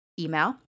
email